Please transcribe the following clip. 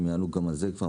שהם יענו גם על זה.